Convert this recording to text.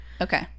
okay